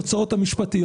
(מקרין שקף, שכותרתו: